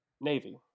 Navy